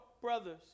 brothers